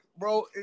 Bro